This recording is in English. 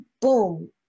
boom